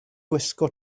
gwisgo